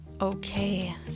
Okay